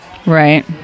Right